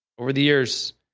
over the years,